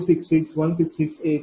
4661668 0